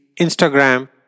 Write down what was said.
Instagram